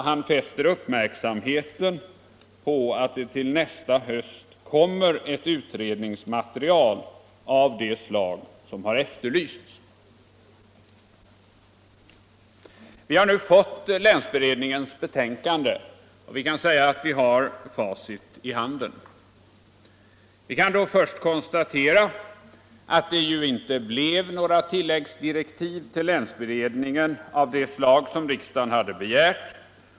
Han fäste uppmärksamheten på att det till hösten 1974 skulle komma ett utredningsmaterial av det slag som har efterlysts. Vi har nu fått länsberedningens betänkande, och vi kan säga att vi har facit i handen. Vi kan då först konstatera att det inte blev några tilläggsdirektiv till länsberedningen av den typ som riksdagen hade begärt.